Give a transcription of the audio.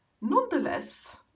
Nonetheless